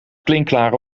klinkklare